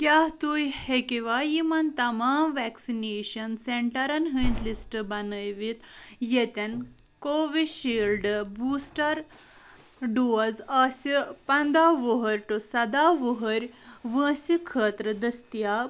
کیٛاہ تُہۍ ہیٚکوا یِمَن تمام ویکسِنیشن سینٹرن ہٕنٛدۍ لسٹ بنٲوِتھ ییٚتٮ۪ن کووِڈ شیٖلڈ بوٗسٹر ڈوز آسہِ پَنٛداہ وُہُر ٹُو سَداہ وُہٕرۍ وٲنٛسہِ خٲطرٕ دٔستِیاب